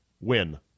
win